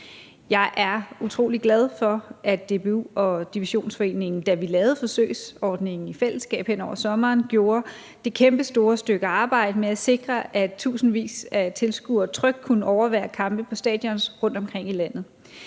utrolig glad for, at DBU og Divisionsforeningen, da vi lavede forsøgsordningen i fællesskab hen over sommeren, gjorde det kæmpestore stykke arbejde med at sikre, at tusindvis af tilskuere trygt kunne overvære kampe på stadions rundtomkring i landet.